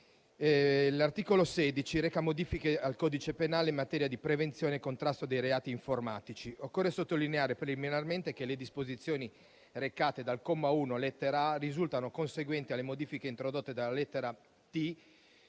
L'articolo 16 reca modifiche al codice penale in materia di prevenzione e contrasto dei reati informatici. Occorre sottolineare preliminarmente che le disposizioni recate dal comma 1, lettera *a)*, risultano conseguenti alle modifiche introdotte dalla lettera